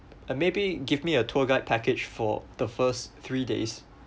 uh maybe give me a tour guide package for the first three days